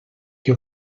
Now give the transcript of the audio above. que